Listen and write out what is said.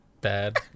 bad